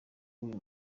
w’uyu